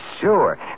sure